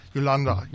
Yolanda